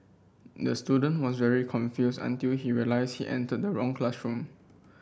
the student was very confused until he realised he entered the wrong classroom